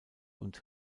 und